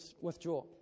withdraw